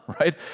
right